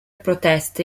proteste